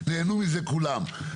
נהנו מזה כולם,